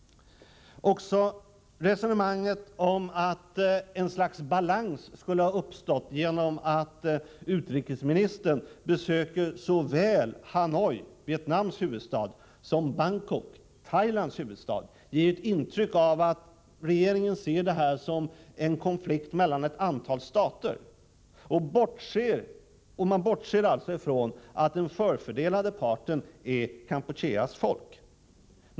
Också resonemanget om att ett slags balans skulle ha uppstått genom att utrikesministern besöker såväl Hanoi, Vietnams huvudstad, som Bangkok, Thailands huvudstad, ger ett intryck av att regeringen ser det här som en konflikt mellan ett antal stater och alltså bortser från att den förfördelade parten är Kampucheas folk.